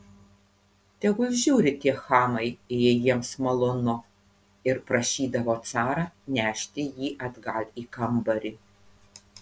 tegul žiūri tie chamai jei jiems malonu ir prašydavo carą nešti jį atgal į kambarį